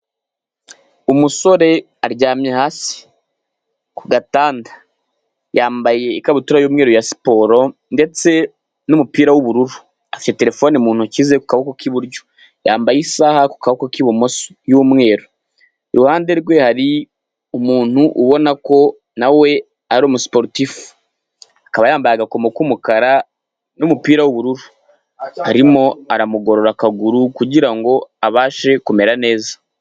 Umusore aryamye hasi ku gatanda yambaye ikabutura y'umweru ya siporo ndetse n' n'umupira w'ubururu, afite terefone mu ntoki ze kaboko k'iburyo yambaye isaha ku kaboko k'ibumoso y'umweru iruhande, rwe hari umuntu ubona ko nawe ari umu siporutifu, akaba yambaye agakoma k'umukara n'umupira w'ubururu arimo aramugorora akaguru kugira ngo abashe kumera neza.